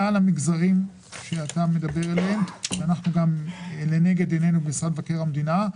המגזרים שאתה מדבר עליהם והם לנגד עינינו במשרד מבקר המדינה.